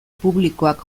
publikoak